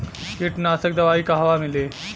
कीटनाशक दवाई कहवा मिली?